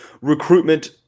recruitment